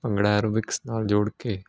bhangra aerobics ਨਾਲ ਜੋੜ ਕੇ